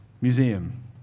Museum